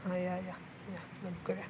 हां या या या लवकर या